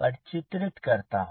पर चित्रित करता हूँ